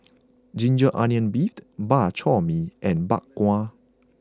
Ginger Onions Beef Bak Chor Mee and Bak Kwa